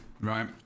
right